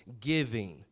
giving